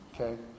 Okay